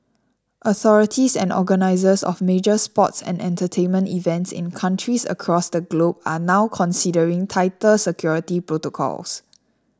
authorities and organisers of major sports and entertainment events in countries across the globe are now considering tighter security protocols